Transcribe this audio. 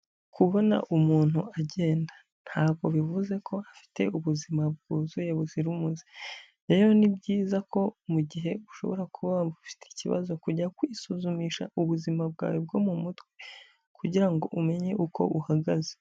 Kubona umuntu agenda ntabwo bivuze ko afite ubuzima bwuzuye buzira umuze, rero ni byiza ko mugihe ushobora kuba waba ufite ikibazo kujya kwisuzumisha ubuzima bwawe bwo mu mutwe kugira ngo umenye uko uhagaze.